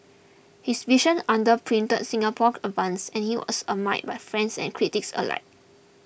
his vision underpinned Singapore's advances and he was admired by friends and critics alike